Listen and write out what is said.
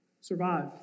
survive